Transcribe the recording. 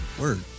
Word